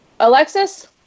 Alexis